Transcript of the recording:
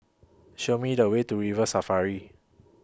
Show Me The Way to River Safari